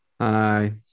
Hi